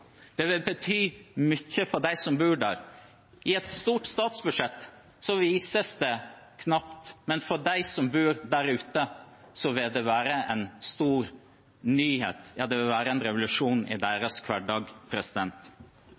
Det vil bety mye for dem som bor der. I et stort statsbudsjett vises det knapt, men for dem som bor der ute, vil det være en stor nyhet – ja, det vil være en revolusjon i hverdagen deres.